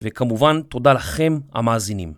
וכמובן תודה לכם, המאזינים.